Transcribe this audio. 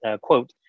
quote